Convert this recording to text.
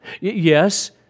Yes